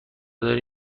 داری